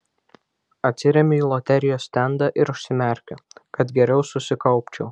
atsiremiu į loterijos stendą ir užsimerkiu kad geriau susikaupčiau